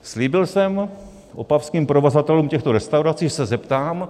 Slíbil jsem opavským provozovatelům těchto restaurací, že se zeptám.